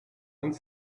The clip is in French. vingt